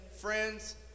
friends